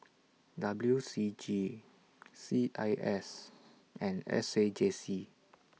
W C G C I S and S A J C